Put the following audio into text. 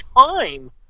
time